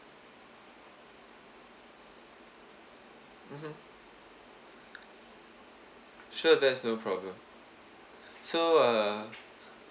mmhmm sure there's no problem so uh